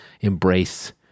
embrace